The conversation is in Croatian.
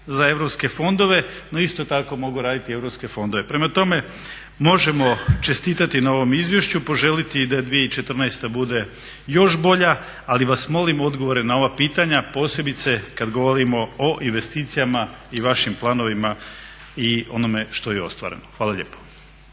za europske fondove, no isto tako mogu raditi europske fondove. Prema tome, možemo čestitati na ovom izvješću, poželiti da 2014. bude još bolja. Ali vas molim odgovore na ova pitanja posebice kad govorimo o investicijama i vašim planovima i onome što je ostvareno. Hvala lijepo.